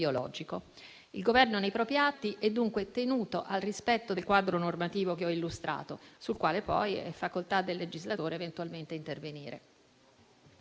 biologico. Nei propri atti, il Governo è dunque tenuto al rispetto del quadro normativo che ho illustrato, sul quale poi è facoltà del legislatore eventualmente intervenire.